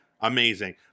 amazing